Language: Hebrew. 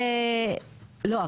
לא,